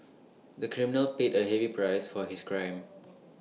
the criminal paid A heavy price for his crime